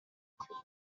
par